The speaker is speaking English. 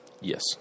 Yes